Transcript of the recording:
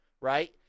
right